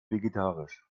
vegetarisch